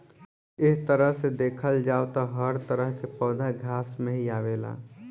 एक तरह से देखल जाव त हर तरह के पौधा घास में ही आवेला